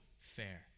fair